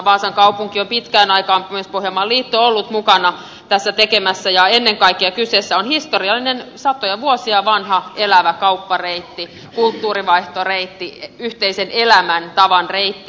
vaasan kaupunki on pitkän aikaa myös pohjanmaan liitto ollut mukana tässä tekemässä ja ennen kaikkea kyseessä on historiallinen satoja vuosia vanha elävä kauppareitti kulttuurivaihtoreitti yhteisen elämäntavan reitti